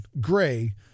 gray